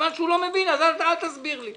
מכיוון שהוא לא מבין אז אל תסביר לי.